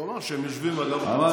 הוא אמר שהם יושבים עם אגף התקציבים.